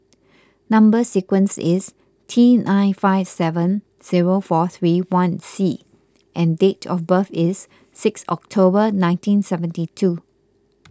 Number Sequence is T nine five seven zero four three one C and date of birth is six October nineteen seventy two